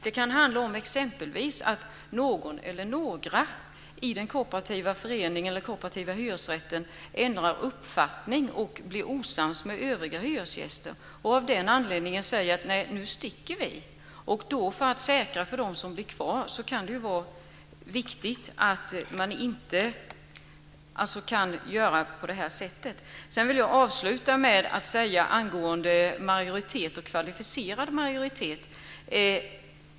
Det kan handla om att någon eller några i den kooperativa föreningen eller den kooperativa hyresrätten ändrar uppfattning och blir osams med övriga hyresgäster och av den anledningen säger att de sticker. För att säkra för dem som blir kvar kan det vara viktigt att inte kunna göra så. Jag vill avsluta med att säga några ord om majoritet och kvalificerad majoritet.